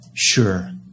Sure